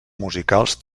musicals